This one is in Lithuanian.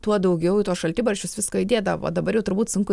tuo daugiau į tuos šaltibarščius visko įdėdavo dabar jau turbūt sunku